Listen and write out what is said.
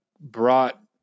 brought